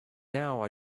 now